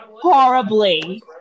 Horribly